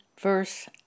verse